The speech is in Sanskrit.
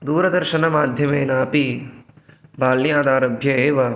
दूरदर्शनमाध्यमेन अपि बाल्यादारभ्य एव